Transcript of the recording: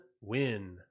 win